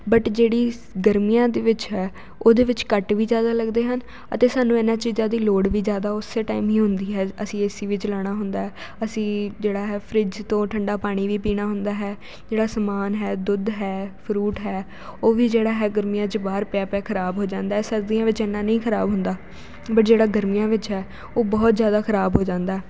but ਜਿਹੜੀ ਗਰਮੀਆਂ ਦੇ ਵਿੱਚ ਹੈ ਉਹਦੇ ਵਿੱਚ ਕੱਟ ਵੀ ਜ਼ਿਆਦਾ ਲੱਗਦੇ ਹਨ ਅਤੇ ਸਾਨੂੰ ਇਹਨਾਂ ਚੀਜ਼ਾਂ ਦੀ ਲੋੜ ਵੀ ਜ਼ਿਆਦਾ ਓਸੇ ਟਾਈਮ ਹੀ ਹੁੰਦੀ ਹੈ ਅਸੀਂ ਏਸੀ ਵੀ ਚਲਾਉਣਾ ਹੁੰਦਾ ਅਸੀਂ ਜਿਹੜਾ ਹੈ ਫਰਿਜ ਤੋਂ ਠੰਡਾ ਪਾਣੀ ਵੀ ਪੀਣਾ ਹੁੰਦਾ ਹੈ ਜਿਹੜਾ ਸਮਾਨ ਹੈ ਦੁੱਧ ਹੈ ਫਰੂਟ ਹੈ ਉਹ ਵੀ ਜਿਹੜਾ ਹੈ ਗਰਮੀਆਂ 'ਚ ਬਾਹਰ ਪਿਆ ਪਿਆ ਖਰਾਬ ਹੋ ਜਾਂਦਾ ਹੈ ਸਰਦੀਆਂ ਵਿੱਚ ਇੰਨਾਂ ਨਈਂ ਖਰਾਬ ਹੁੰਦਾ ਬਟ ਜਿਹੜਾ ਗਰਮੀਆਂ ਵਿੱਚ ਹੈ ਉਹ ਬਹੁਤ ਜ਼ਿਆਦਾ ਖਰਾਬ ਹੋ ਜਾਂਦਾ